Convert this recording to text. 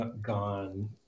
gone